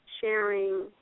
sharing